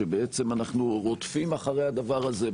שבעצם אנחנו רודפים אחרי הדבר הזה.